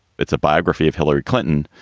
it's a biography of hillary clinton.